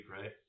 right